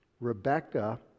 Rebecca